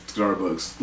Starbucks